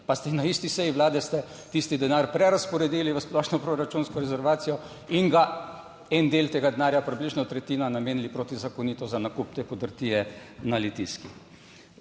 pa ste na isti seji Vlade, ste tisti denar prerazporedili v splošno proračunsko rezervacijo in ga en del tega denarja, približno tretjina, namenili protizakonito za nakup te podrtije na Litijski.